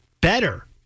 Better